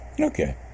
Okay